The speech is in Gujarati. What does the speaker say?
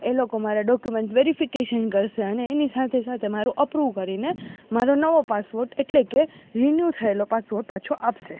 એ લોકો મારા ડોક્યુમેન્ટ વેરિફિકેશન કરશે અને એની સાથે સાથે મારું અપ્રુવ કરીને મારો નવો પાસપોટ એટલે કે રીન્યુ થયેલો પાસપોટ પાછો આપશે